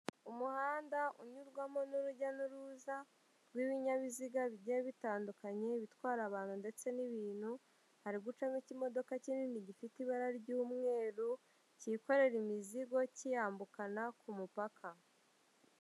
Umuhanda unyurwamo n'urujya n'uruza rw'ibinyabiziga bigiye bitandukanye ibitwara abantu ndetse n'ibintu, hari gucamo k'imodoka kinini gifite ibara ry'umweru kikorera imizigo kiyambukana ku mupaka.